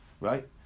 right